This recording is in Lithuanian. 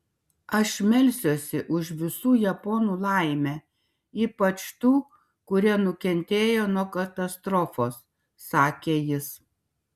aš melsiuosi už visų japonų laimę ypač tų kurie nukentėjo nuo katastrofos sakė jis